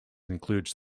includes